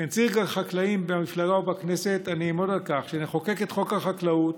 כנציג החקלאים במפלגה ובכנסת אני אעמוד על כך שנחוקק את חוק החקלאות,